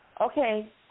Okay